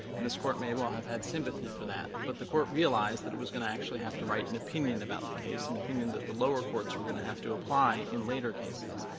and this court may well have had sympathy for that, but the court realized that it was going to actually have to write an opinion about the case, an and opinion that the lower courts were going to have to apply in later cases.